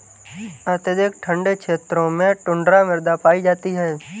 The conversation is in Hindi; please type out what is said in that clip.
अत्यधिक ठंडे क्षेत्रों में टुण्ड्रा मृदा पाई जाती है